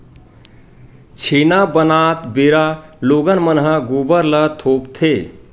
छेना बनात बेरा लोगन मन ह गोबर ल थोपथे